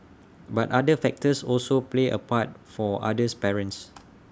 but other factors also played A part for others parents